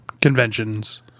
conventions